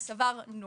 אז סברנו